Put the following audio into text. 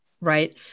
right